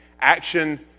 action